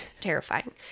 terrifying